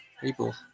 People